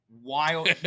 wild